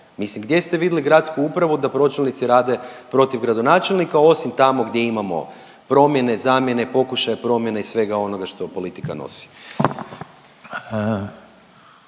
Mislim, gdje ste vidli gradsku upravu da pročelnici rade protiv gradonačelnika, osim tamo gdje imamo promjene, zamjene, pokušaje promjena i svega onoga što politika nosi.